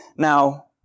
Now